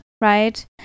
right